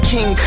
King